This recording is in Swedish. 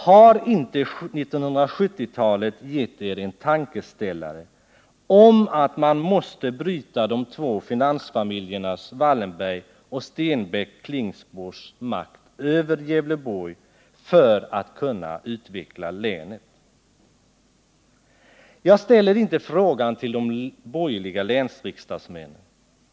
Har inte 1970-talet gett er en tankeställare om att man måste bryta de två finansfamiljernas, Wallenberg och Stenbeck-Klingspor, makt över Gävleborg för att kunna utveckla länet? Jag ställer inte frågan till de borgerliga länsriksdagsmännen.